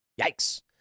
Yikes